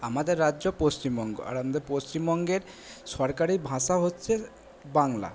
আমাদের রাজ্য পশ্চিমবঙ্গ আর আমাদের পশ্চিমবঙ্গের সরকারি ভাষা হচ্ছে বাংলা